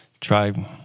try